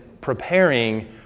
preparing